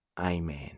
Amen